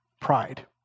pride